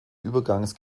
übergangs